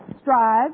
strive